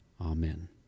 Amen